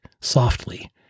softly